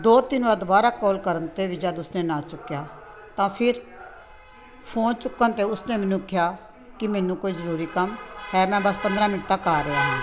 ਦੋ ਤਿੰਨ ਵਾਰ ਦੁਬਾਰਾ ਕਾਲ ਕਰਨ 'ਤੇ ਵੀ ਜਦ ਉਸਦੇ ਨਾਲ ਚੁੱਕਿਆ ਤਾਂ ਫਿਰ ਫੋਨ ਚੁੱਕਣ 'ਤੇ ਉਸਨੇ ਮੈਨੂੰ ਕਿਹਾ ਕਿ ਮੈਨੂੰ ਕੋਈ ਜ਼ਰੂਰੀ ਕੰਮ ਹੈ ਮੈਂ ਬਸ ਪੰਦਰ੍ਹਾਂ ਮਿੰਟ ਤੱਕ ਆ ਰਿਹਾ ਹਾਂ